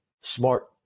smart